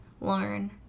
learn